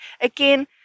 again